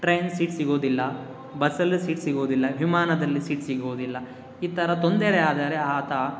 train seat ಸಿಗೋದಿಲ್ಲ ಬಸ್ಸಲ್ಲೂ seat ಸಿಗೋದಿಲ್ಲ ವಿಮಾನದಲ್ಲಿ ಸೀಟ್ ಸಿಗೋದಿಲ್ಲ ಈ ಥರ ತೊಂದರೆಯಾದರೆ ಆತ